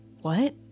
What